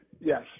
Yes